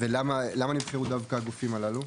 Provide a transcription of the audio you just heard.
ולמה נבחרו דווקא הגופים הללו?